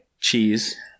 Cheese